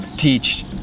teach